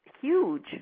huge